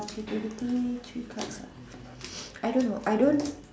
creativity three cards ah I don't know I don't